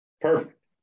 Perfect